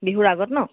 বিহুৰ আগত ন